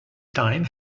time